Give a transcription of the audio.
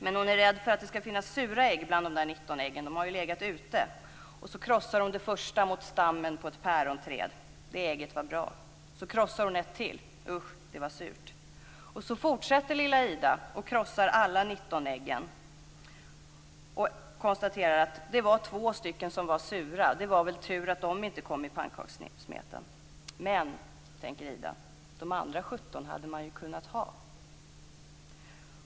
Men hon är rädd för att det skall finnas sura ägg bland de där 19 äggen. De har ju legat ute. Och så krossar hon det första mot stammen på ett päronträd. Det ägget var bra. Så krossar hon ett till. Usch, det var surt. Så fortsätter lilla Ida och krossar alla 19 äggen. Hon konstaterar att det var två som var sura. Det var väl tur att de kom i pannkakssmeten. Men, tänker Ida, de andra 17 hade man ju kunnat ha.